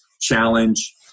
challenge